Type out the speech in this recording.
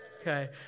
Okay